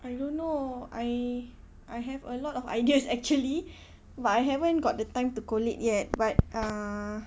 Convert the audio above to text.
I don't know I I have a lot of ideas actually but I haven't got the time to collate yet but uh